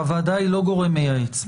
הוועדה אינה גורם מייעץ.